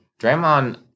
Draymond